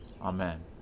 Amen